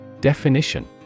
Definition